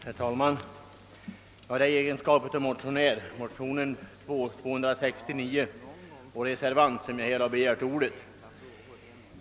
Herr talman! Det är i egenskap av motionär — jag har avlämnat motionen II: 269 — och reservant som jag har begärt ordet.